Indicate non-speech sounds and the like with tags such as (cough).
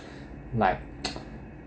(breath) like (noise)